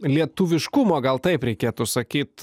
lietuviškumo gal taip reikėtų sakyt